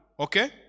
Okay